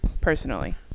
personally